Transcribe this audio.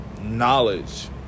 knowledge